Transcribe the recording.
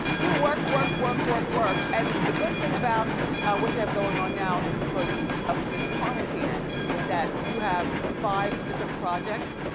you work, work, work, work, work and the good thing about what you have going on now, is because of this quarantining yeah that you have five different projects?